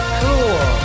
cool